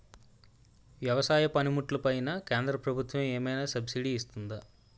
వ్యవసాయ పనిముట్లు పైన కేంద్రప్రభుత్వం ఏమైనా సబ్సిడీ ఇస్తుందా?